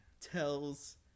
tells